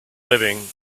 living